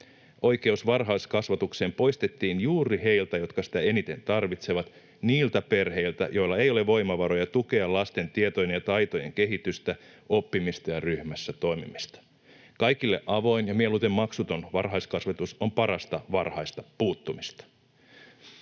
Oikeus varhaiskasvatukseen poistettiin juuri heiltä, jotka sitä eniten tarvitsevat, niiltä perheiltä, joilla ei ole voimavaroja tukea lasten tietojen ja taitojen kehitystä, oppimista ja ryhmässä toimimista. Kaikille avoin ja mieluiten maksuton varhaiskasvatus on parasta varhaista puuttumista.